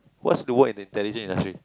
what's to work in an intelligent industry